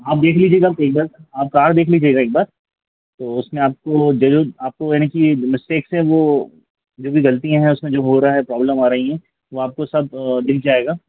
आप देख लीजिएगा बस एक बार आप कार देख लीजिएगा एक बार तो उसमें आपको ज़रूर आपको यानी कि मिस्टेक्स हैं वह जो भी गलतियाँ हैं उसमें जो हो रहा है प्रॉब्लम आ रही हैं वह आपको सब दिख जाएगा